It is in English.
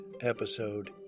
episode